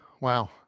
wow